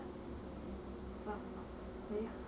try to go out a little bit earlier